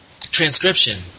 Transcription